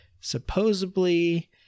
Supposedly